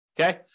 Okay